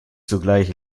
zugleich